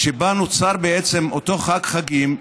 שבה נוצר אותו חג חגים,